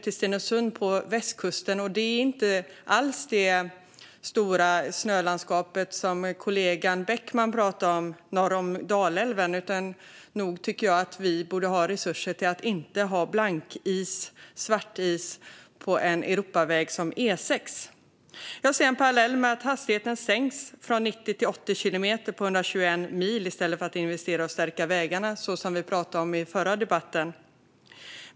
I Stenungssund på västkusten har vi inte alls samma snömängder som norr om Dalälven, som kollegan Beckman pratade om. Men nog borde vi ha resurser att inte ha blankis och svartis på Europavägen E6. Jag ser en parallell i att hastigheten sänks från 90 kilometer till 80 kilometer på 121 mil i stället för att investera i att stärka vägarna, så som vi pratade om i förra debatten.